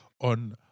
on